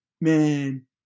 man